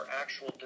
actual